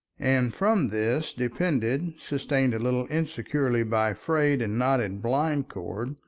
and from this depended, sustained a little insecurely by frayed and knotted blind-cord,